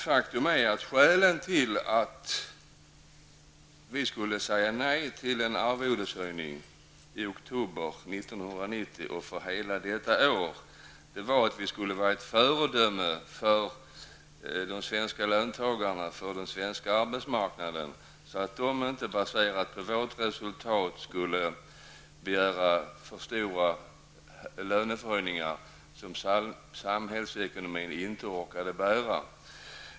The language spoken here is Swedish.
Faktum är att skälet till att vi skulle säga nej till en arvodeshöjning i oktober 1990 och för hela detta år var att vi skulle vara ett föredöme för den svenska arbetsmarknaden, för de svenska löntagarna, så att de inte med hänvisning till vårt resultat skulle begära stora löneförhöjningar som samhällsekonomin inte orkade bära.